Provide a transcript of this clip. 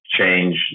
change